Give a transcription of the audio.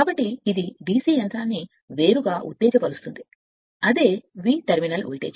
కాబట్టి ఇది అదే DC యంత్రం ను వేరుగా ఉత్తేజ పరుస్తుంది అదే V టెర్మినల్ వోల్టేజ్ మరియు Eb బ్యాక్ emf